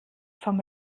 vom